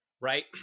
right